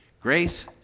Grace